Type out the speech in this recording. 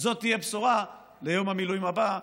זאת תהיה בשורה ביום המילואים הבא,